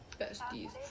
Besties